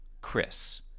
Chris